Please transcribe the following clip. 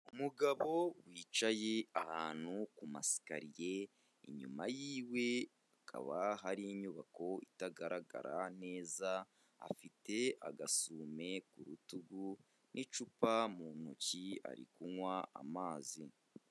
Umugabo wicaye ahantu ku masikariye, inyuma y'iwe hakaba hari inyubako itagaragara neza, afite agasume ku rutugu n'icupa mu ntoki, ari kunywa amazi.